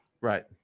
Right